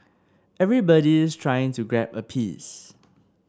everybody's trying to grab a piece